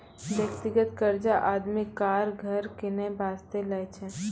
व्यक्तिगत कर्जा आदमी कार, घर किनै बासतें लै छै